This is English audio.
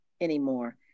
anymore